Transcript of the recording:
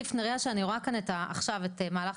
אני רק אוסיף נריה שאני רואה כאן עכשיו את מהלך